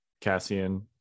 cassian